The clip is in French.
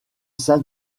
sein